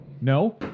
No